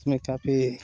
इसमें काफ़ी